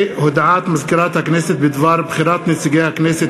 הודעת מזכירת הכנסת בדבר בחירת נציגי הכנסת